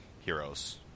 heroes